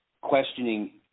questioning